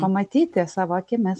pamatyti savo akimis